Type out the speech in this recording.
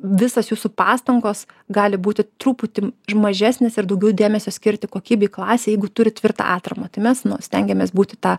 visos jūsų pastangos gali būti truputį mažesnis ir daugiau dėmesio skirti kokybei klasei jeigu turi tvirtą atramą tai mes nu stengiamės būti ta